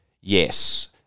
yes